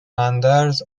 اندرز